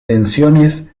tensiones